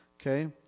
Okay